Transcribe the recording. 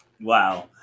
Wow